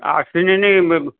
ଆସିନି